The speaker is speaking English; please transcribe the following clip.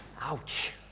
Ouch